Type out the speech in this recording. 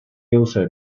also